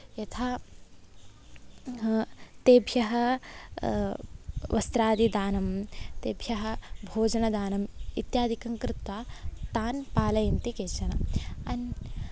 यथा तेभ्यः वस्त्रादिदानं तेभ्यः भोजनदानं इत्यादिकं कृत्वा तान् पालयन्ति केचन अन्